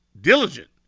diligent